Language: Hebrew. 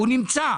הוא נמצא.